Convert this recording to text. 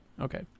Okay